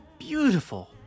Beautiful